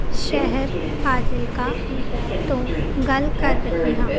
ਸ਼ਹਿਰ ਫ਼ਾਜ਼ਿਲਕਾ ਤੋਂ ਗੱਲ ਕਰ ਰਹੀ ਹਾਂ